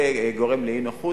זה גורם לאי-נוחות,